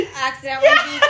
accidentally